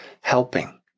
helping